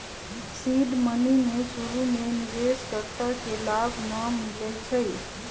seed money में शुरु में निवेश कर्ता के लाभ न मिलै छइ